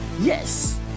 Yes